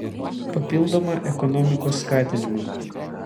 papildomą ekonomikos skatinimą